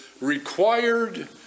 required